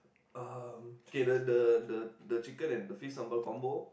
um okay the the the the chicken and the fish sambal combo